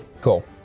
Cool